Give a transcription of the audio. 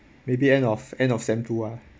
maybe end of end of sem two ah